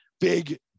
big